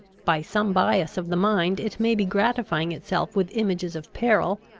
by some bias of the mind, it may be, gratifying itself with images of peril,